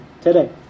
today